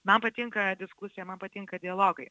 man patinka diskusija man patinka dialogai